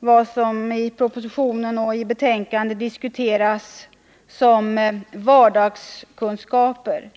vad som i propositionen och betänkandet diskuteras som vardagskunskaper.